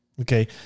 Okay